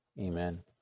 Amen